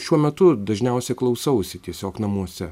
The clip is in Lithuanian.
šiuo metu dažniausiai klausausi tiesiog namuose